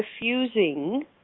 refusing